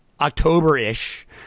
October-ish